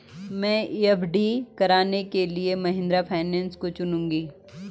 मैं एफ.डी कराने के लिए महिंद्रा फाइनेंस को चुनूंगी